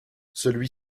celui